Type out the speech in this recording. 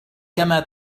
كما